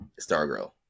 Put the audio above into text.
Stargirl